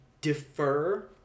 defer